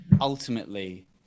ultimately